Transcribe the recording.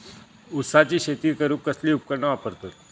ऊसाची शेती करूक कसली उपकरणा वापरतत?